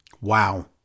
Wow